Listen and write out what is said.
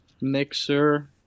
mixer